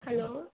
hello